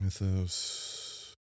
Mythos